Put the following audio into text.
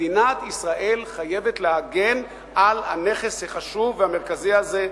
מדינת ישראל חייבת להגן על הנכס החשוב והמרכזי הזה,